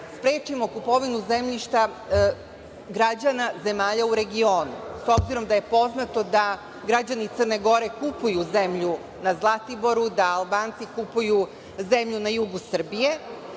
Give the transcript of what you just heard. sprečimo kupovinu zemljišta građana zemalja u regionu, s obzirom da je poznato da građani Crne Gore kupuju zemlju na Zlatiboru, da Albanci kupuju zemlju na jugu Srbije?